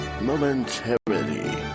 momentarily